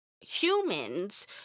humans